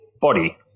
body